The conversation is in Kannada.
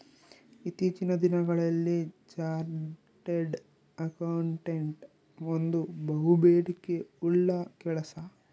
ಇತ್ತೀಚಿನ ದಿನಗಳಲ್ಲಿ ಚಾರ್ಟೆಡ್ ಅಕೌಂಟೆಂಟ್ ಒಂದು ಬಹುಬೇಡಿಕೆ ಉಳ್ಳ ಕೆಲಸ